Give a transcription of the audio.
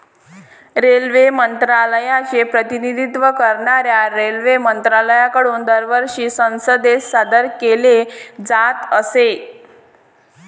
railway मंत्रालयाचे प्रतिनिधित्व करणाऱ्या रेल्वेमंत्र्यांकडून दरवर्षी संसदेत सादर केले जात असे